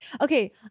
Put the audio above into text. Okay